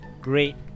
great